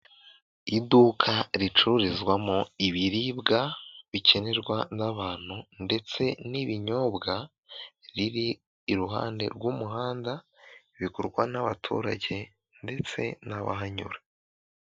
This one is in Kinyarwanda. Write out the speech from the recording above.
Iduka ricururizwamo ibiribwa bikenerwa n'abantu ndetse n'ibinyobwa, riri iruhande rw'umuhanda bigurwa n'abaturage ndetse n'abahanyura.